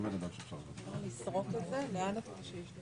החוק מבקש להפוך את זה להוראת קבע.